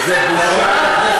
בושה?